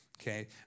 Okay